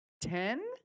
Ten